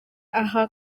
aha